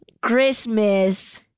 Christmas